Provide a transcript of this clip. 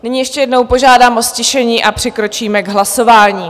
Nyní ještě jednou požádám o ztišení a přikročíme k hlasování.